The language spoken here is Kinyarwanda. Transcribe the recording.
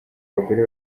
abagore